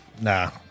nah